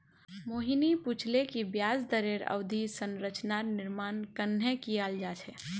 मोहिनी पूछले कि ब्याज दरेर अवधि संरचनार निर्माण कँहे कियाल जा छे